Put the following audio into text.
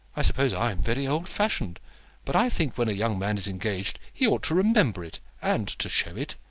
i suppose i'm very old-fashioned but i think when a young man is engaged, he ought to remember it and to show it.